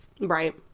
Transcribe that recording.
right